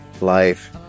life